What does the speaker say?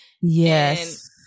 yes